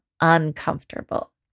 uncomfortable